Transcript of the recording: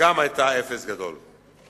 גם היתה אפס גדול.